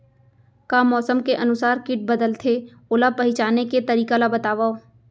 का मौसम के अनुसार किट बदलथे, ओला पहिचाने के तरीका ला बतावव?